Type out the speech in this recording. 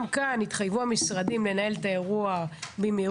גם כאן, התחייבו המשרדים לנהל את האירוע במהירות.